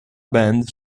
band